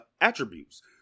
attributes